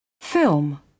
Film